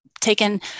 taken